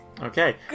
Okay